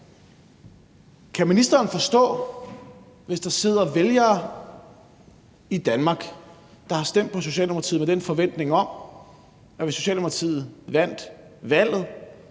Kan ministeren forstå, hvis der sidder vælgere i Danmark, der har stemt på Socialdemokratiet med den forventning, at hvis Socialdemokratiet vandt valget,